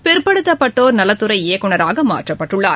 பிற்படுத்தப்பட்டோர் நலத்துறை இயக்குனராக மாற்றப்பட்டுள்ளார்